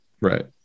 Right